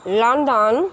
London